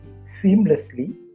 seamlessly